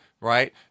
right